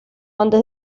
antes